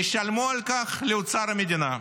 תשלמו על כך לאוצר המדינה.